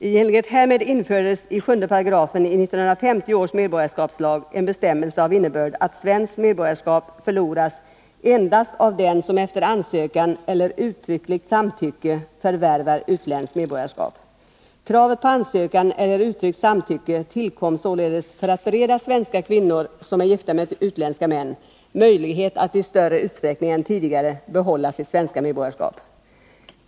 I enlighet härmed infördes i 7 § i 1950 års medborgarskapslag en bestämmelse av innebörd att svenskt medborgarskap förloras endast av den som efter ansökan eller uttryckligt samtycke förvärvar utländskt medborgarskap. Kravet på ansökan eller uttryckligt samtycke tillkom således för att bereda svenska kvinnor, som är gifta med utländska män, möjlighet att i större utsträckning än tidigare behålla sitt svenska medborgarskap.